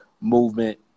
movement